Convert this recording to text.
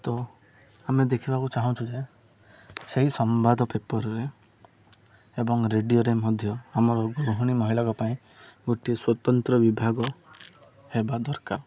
ତ ଆମେ ଦେଖିବାକୁ ଚାହୁଁଛୁ ଯେ ସେହି ସମ୍ବାଦ ପେପର୍ରେ ଏବଂ ରେଡ଼ିଓରେ ମଧ୍ୟ ଆମର ଗୃହିଣୀ ମହିଳାଙ୍କ ପାଇଁ ଗୋଟିଏ ସ୍ୱତନ୍ତ୍ର ବିଭାଗ ହେବା ଦରକାର